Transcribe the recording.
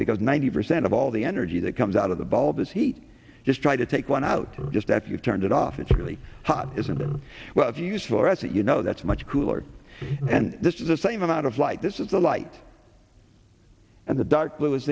because ninety percent of all the energy that comes out of the bulb this heat just try to take one out just after you've turned it off it's really hot isn't it well if you use fluorescent you know that's much cooler and this is the same amount of light this is the light and the dark blue is